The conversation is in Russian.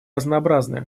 разнообразны